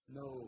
no